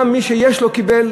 גם מי שיש לו קיבל,